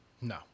No